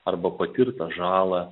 arba patirtą žalą